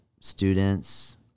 students